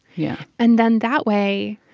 yeah and then that way,